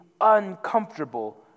uncomfortable